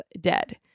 dead